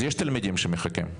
אז יש תלמידים שמחכים.